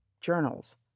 journals